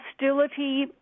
hostility